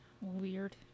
weird